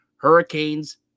Hurricanes